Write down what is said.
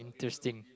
interesting